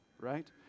right